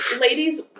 ladies